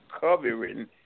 covering